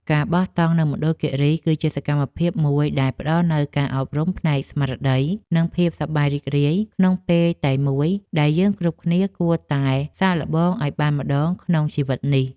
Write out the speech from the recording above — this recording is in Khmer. ការបោះតង់នៅមណ្ឌលគីរីគឺជាសកម្មភាពមួយដែលផ្តល់នូវការអប់រំផ្នែកស្មារតី និង ភាពសប្បាយរីករាយក្នុងពេលតែមួយដែលយើងគ្រប់គ្នាគួរតែសាកល្បងឱ្យបានម្ដងក្នុងជីវិតនេះ។